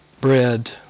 bread